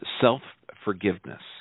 Self-forgiveness